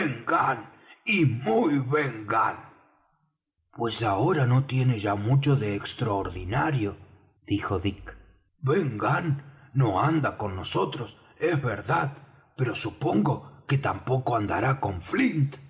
y muy ben gunn pues ahora no tiene ya mucho de extraordinario dijo dick ben gunn no anda con nosotros es verdad pero supongo que tampoco andará con